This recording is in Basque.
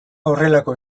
horrelako